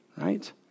right